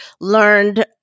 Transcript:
learned